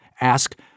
ask